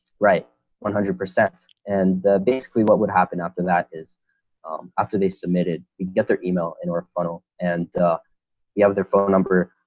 right one hundred percent and basically what would happen after that is after the submitted, you get their email in your funnel, and you have their phone number,